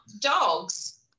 dogs